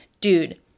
Dude